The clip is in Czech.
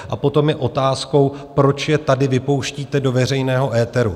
A potom je otázkou, proč je tady vypouštíte do veřejného éteru.